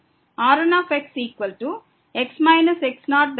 Rnxx x0n1n1